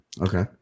Okay